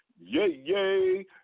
yay